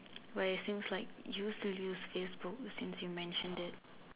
where it seems like you used to use Facebook since you mentioned it